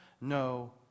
no